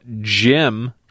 Jim